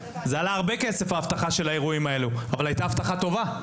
זה עלה הרבה כסף האבטחה של האירועים האלו אבל היתה אבטחה טובה.